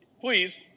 please